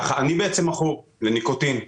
אני מכור לניקוטין,